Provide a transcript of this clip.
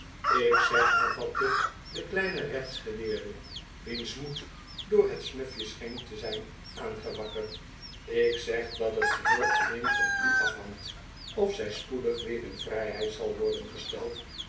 ik zeg hervatte de kleine rechtsgeleerde wiens mbed door het snuifje scheen te zijn aangewakkerd ik zeg dat het geheel alleen van u afhangt of zij spoedig weer in vrijheid zal worden gesteld